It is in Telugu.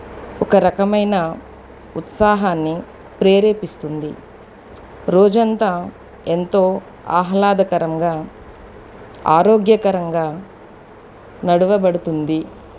ఒక రకమైన ఉత్సాహాన్ని ప్రేరేపిస్తుంది రోజంతా ఎంతో ఆహ్లాదకరంగా ఆరోగ్యకరంగా నడవబడుతుంది